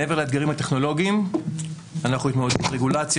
מעבר לאתגרים הטכנולוגיים התמודדנו עם רגולציה